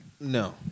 No